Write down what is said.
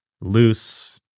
loose